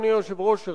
אדוני היושב-ראש,